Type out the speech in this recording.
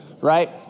right